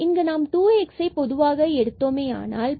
இங்கு நாம் 2xஐ பொதுவாக எடுத்ததாக ஆகும்